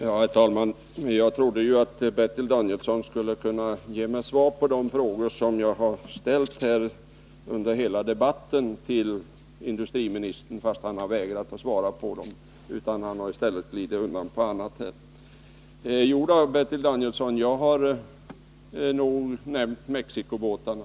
Herr talman! Jag trodde att Bertil Danielsson skulle kunna ge mig svar på de frågor som jag under hela den här debatten har ställt till industriministern, för industriministern har ju vägrat att svara på dem och i stället glidit undan hela tiden. Jo då, Bertil Danielsson, jag har visst nämnt Mexicobåtarna.